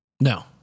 no